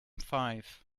five